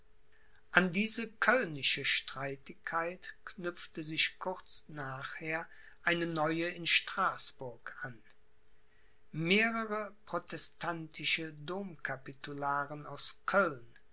an diese kölnische streitigkeit knüpfte sich kurz nachher eine neue in straßburg an mehrere protestantische domcapitularen aus köln